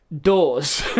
doors